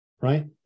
right